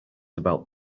about